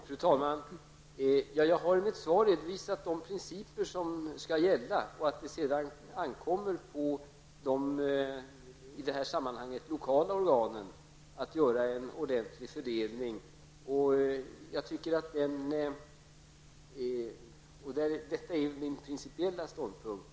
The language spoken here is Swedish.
Fru talman! Jag har i mitt svar redogjort för de principer som skall tillämpas. Sedan ankommer det på de lokala organen att göra en omsorgsfull fördelning. Detta är också min principiella ståndpunkt.